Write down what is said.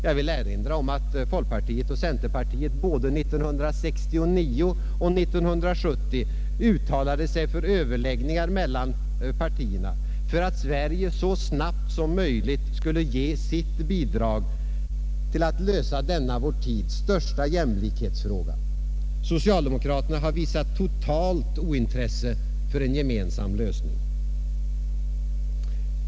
Jag vill erinra om att folkpartiet och centerpartiet både 1969 och 1970 uttalade sig för överläggningar mellan partierna för att Sverige så snabbt som möjligt skulle kunna ge sitt bidrag till att lösa denna vår tids största jämlikhetsfråga. Socialdemokraterna har visat totalt ointresse för en gemensam lösning.